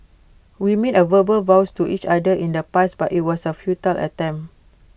we made A verbal vows to each other in the past but IT was A futile attempt